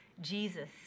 Jesus